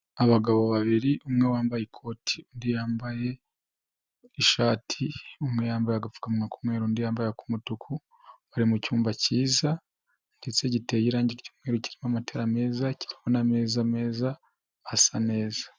Abagabo babiri umwe wambaye ikoti undi yambaye ishati, umwe yambaye agapfukamuwa mwe k'umweru undi yambaye ak'umutuku bari mu cyumba kiza ndetse giteye irangi ry'yumweru kirimo amatara meza, kirimo n'ameza meza hasa neza.